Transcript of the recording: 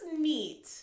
neat